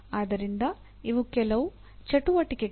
ಆದ್ದರಿಂದ ಇವು ಕೆಲವು ಚಟುವಟಿಕೆಗಳು